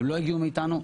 הם לא הגיעו מאתנו,